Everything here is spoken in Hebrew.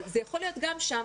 אבל זה יכול להיות גם שם.